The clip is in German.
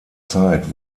zeit